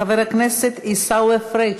חבר הכנסת עיסאווי פריג'.